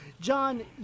john